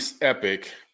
epic